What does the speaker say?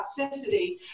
toxicity